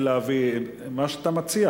ולהביא מה שאתה מציע,